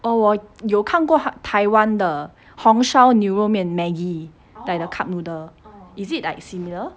oh 我有看过 t~ taiwan 的红烧牛肉面 Maggi like the cup noodle is it like similar